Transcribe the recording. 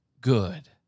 good